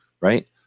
right